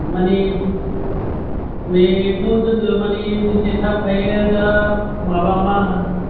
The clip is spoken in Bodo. माने बेखौ जोङो माने जेसे थाब हायो दा माबा माहोनो